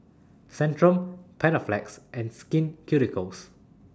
Centrum Panaflex and Skin Ceuticals